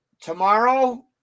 tomorrow